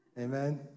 amen